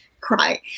cry